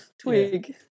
Twig